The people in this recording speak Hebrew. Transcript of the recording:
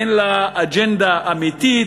אין לה אג'נדה אמיתית,